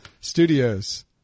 studios